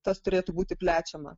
tas turėtų būti plečiama